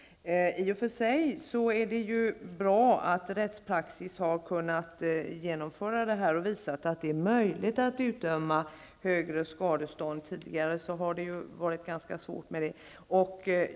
I och för sig är det bra att man genom rättspraxis visat att det är möjligt att utdöma högre skadestånd. Tidigare har detta varit ganska svårt.